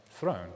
throne